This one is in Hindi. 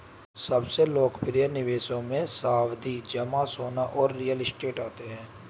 सबसे लोकप्रिय निवेशों मे, सावधि जमा, सोना और रियल एस्टेट है